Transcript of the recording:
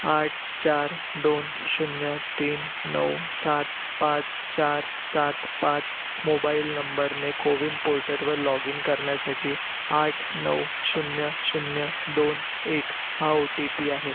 आठ चार दोन शून्य तीन नऊ सात पाच चार सात पाच मोबाईल नंबरने कोविन पोर्टरवर लॉग इन करण्यासाठी आठ नऊ शून्य शून्य दोन एक हा ओ टी पी आहे